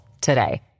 today